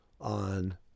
on